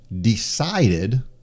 decided